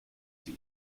sie